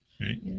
right